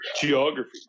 Geography